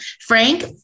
Frank